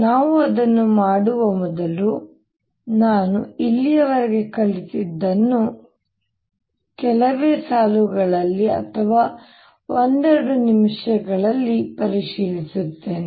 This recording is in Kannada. ನಾವು ಅದನ್ನು ಮಾಡುವ ಮೊದಲು ನಾನು ಇಲ್ಲಿಯವರೆಗೆ ಕಲಿತದ್ದನ್ನು ಕೆಲವೇ ಸಾಲುಗಳಲ್ಲಿ ಅಥವಾ ಒಂದೆರಡು ನಿಮಿಷಗಳಲ್ಲಿ ಪರಿಶೀಲಿಸುತ್ತೇನೆ